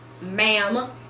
ma'am